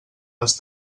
les